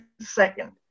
second